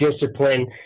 discipline